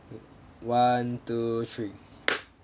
one two three